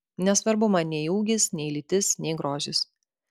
nesvarbu man nei ūgis nei lytis nei grožis